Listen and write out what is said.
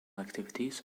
activities